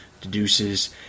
deduces